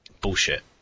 Bullshit